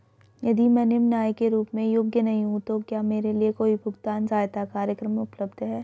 यदि मैं निम्न आय के रूप में योग्य नहीं हूँ तो क्या मेरे लिए कोई भुगतान सहायता कार्यक्रम उपलब्ध है?